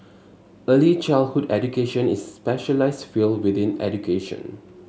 early childhood education is specialised field within education